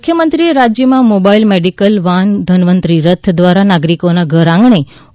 મુખ્યમંત્રીએ રાજ્યમાં mobile medical van Dhanvantari રથ દ્વારા નાગરિકોને ઘર આંગણે ઓ